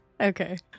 Okay